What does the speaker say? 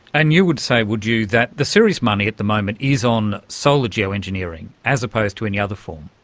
and you would say, would you, that the serious money at the moment is on solar geo-engineering as opposed to any other form?